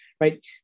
right